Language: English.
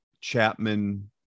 Chapman